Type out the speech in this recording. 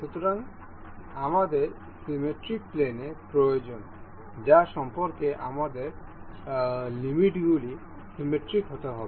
সুতরাং আমাদের symmetry plane প্রয়োজন যা সম্পর্কে আমাদের লিমিটগুলি সিমিট্রিক হতে হবে